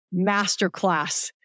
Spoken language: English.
masterclass